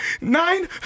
nine